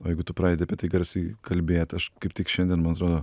o jeigu tu pradedi apie tai garsiai kalbėt aš kaip tik šiandien man atrodo